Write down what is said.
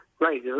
Right